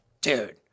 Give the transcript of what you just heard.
dude